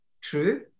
true